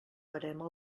verema